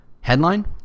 headline